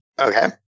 Okay